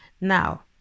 Now